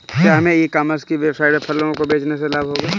क्या हमें e commerce की वेबसाइट पर फसलों को बेचने से लाभ होगा?